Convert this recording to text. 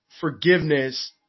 forgiveness